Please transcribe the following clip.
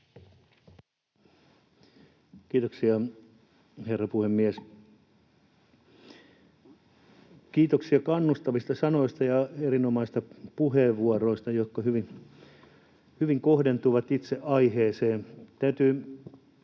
Kiitoksia, herra puhemies! Kiitoksia kannustavista sanoista ja erinomaisista puheenvuoroista, jotka hyvin kohdentuivat itse aiheeseen. Täytyy